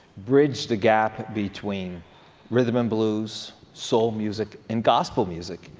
bridgeed the gap between rhythm and blues, soul music and gospel music.